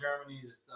Germany's